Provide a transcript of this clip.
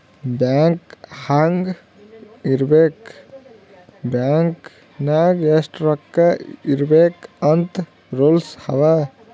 bank ಹ್ಯಾಂಗ್ ಇರ್ಬೇಕ್ bank ನಾಗ್ ಎಷ್ಟ ರೊಕ್ಕಾ ಇರ್ಬೇಕ್ ಅಂತ್ ರೂಲ್ಸ್ ಅವಾ